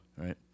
right